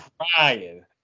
crying